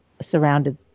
surrounded